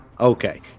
Okay